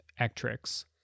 Ectrix